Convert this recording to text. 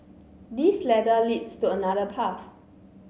this ladder leads to another path